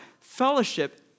fellowship